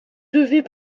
devait